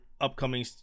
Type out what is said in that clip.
upcoming